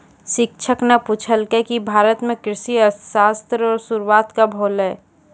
शिक्षक न पूछलकै कि भारत म कृषि अर्थशास्त्र रो शुरूआत कब होलौ